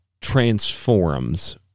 transforms